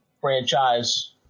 franchise